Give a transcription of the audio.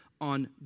on